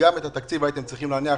גם את התקציב הייתם צריכים להניח